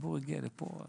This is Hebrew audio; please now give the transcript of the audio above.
הציבור הגיע לפה,